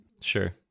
Sure